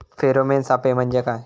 Pheromone सापळे म्हंजे काय?